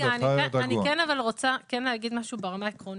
אני כן רוצה לומר משהו ברמה העקרונית.